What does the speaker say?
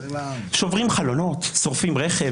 שוברים חלונות, שורפים רכב.